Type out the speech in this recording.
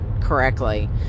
correctly